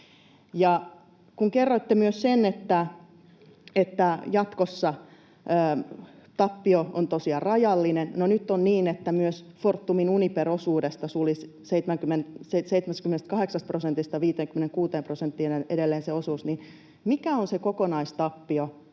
Ja kerroitte myös, että jatkossa tappio on tosiaan rajallinen. No nyt on niin, että myös Fortumin Uniper-osuus edelleen suli 78 prosentista 56 prosenttiin. Mikä on tälle vuodelle se kokonaistappio,